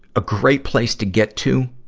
a great place to get to,